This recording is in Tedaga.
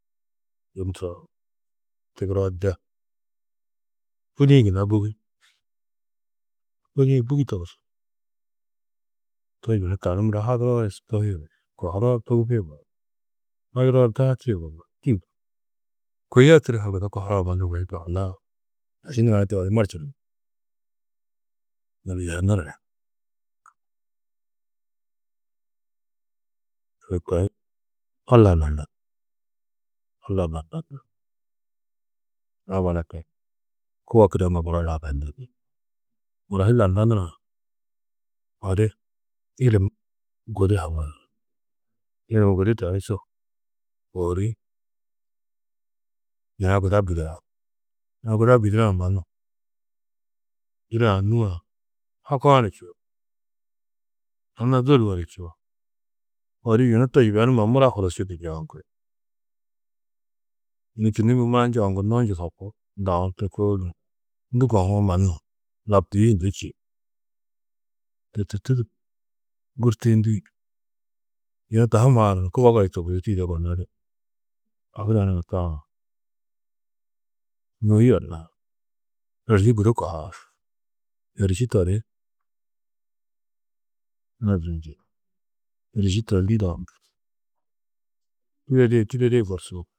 Yum turo tigiro de hûdi-ī gunna bûgi hûdi-ī bûgi togus to yunu tani muro haduroo tohîe gunú kohuroo ni togusîe gunú kôi a tiri kohurã manu ôwoni toguhuná aši nurã do odu morčunu odu yernuru ni ALLA ha landanuru ALLA ha landanuru ni kubo kideŋuru muro hi landanurã, odu îlim gudi haŋaar îlim gudi su tani kohurî yina guda bîdaar yina guda bîdirã manu dîne a nûu-ã hakua ni čûo anna dôluo ni čûo odu yunu to yibenuma mura hurusčundu njoŋgi yunu kînnimmi mura njoŋgunoó njusopú ndû kohuwo mannu labdûi hundu ĉî. To tûrtu du gûrtuyundi yunu dahu maarã kubogo di tobuzi tîyide yugonodi ahîr hunã tohã sûgoi yenaar êrski gudi kohaar êriši to di mazunjîn êriši to di tidedîe tidedîe borsudu.